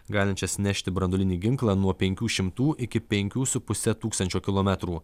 galinčias nešti branduolinį ginklą nuo penkių šimtų iki penkių su puse tūkstančio kilometrų